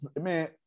man